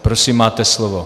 Prosím, máte slovo.